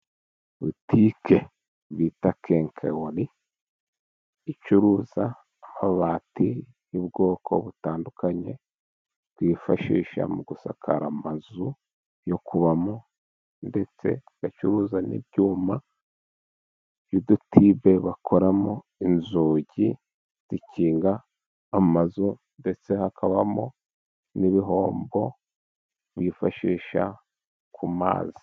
butike bita kenkawori icuruza amabati y'ubwoko butandukanye twifashisha mu gusakara amazu yo kubamo, ndetse bacuruza n'ibyuma by'udutibe bakoramo inzugi zikinga amazu, ndetse hakabamo n'ibihombo bifashisha ku mazi